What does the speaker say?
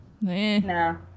No